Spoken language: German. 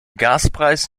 gaspreis